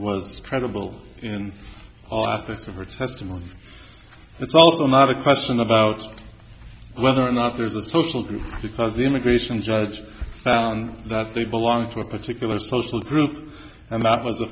was credible in all aspects of her testimony it's also not a question about whether or not there's a social group because the immigration judge found that they belonged to a particular social group and that was a